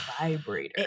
vibrator